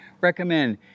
recommend